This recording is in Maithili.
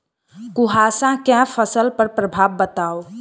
कुहासा केँ फसल पर प्रभाव बताउ?